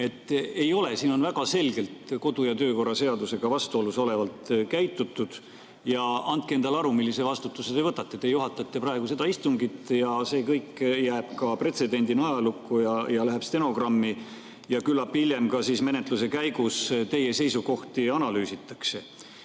Ei ole! Siin on väga selgelt kodu- ja töökorra seadusega vastuolus olevalt käitutud. Ja andke endale aru, millise vastutuse te võtate. Te juhatate praegu seda istungit ja see kõik jääb pretsedendina ajalukku, läheb stenogrammi. Ja küllap hiljem ka menetluse käigus teie seisukohti analüüsitakse. Ma